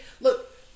Look